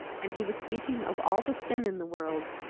and he was speaking of all the sin in the world,